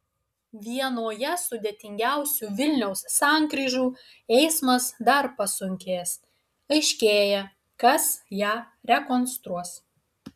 vienoje sudėtingiausių vilniaus sankryžų eismas dar pasunkės aiškėja kas ją rekonstruos